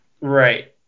right